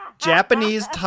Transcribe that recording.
Japanese